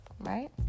right